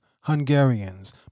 Hungarians